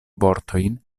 vortojn